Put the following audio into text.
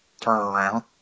turnaround